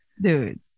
Dude